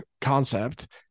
concept